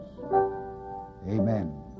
amen